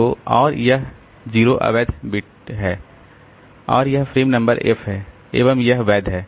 तो और यह o अवैध है और यह फ्रेम नंबर f है एवं यह वैध है